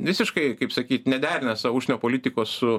visiškai kaip sakyt nederina savo užsienio politikos